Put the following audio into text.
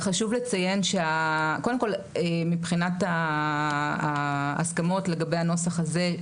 חשוב לציין שקודם כל מבחינת ההסכמות לגבי הנוסח הזה,